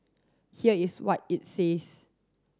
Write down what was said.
here is what it says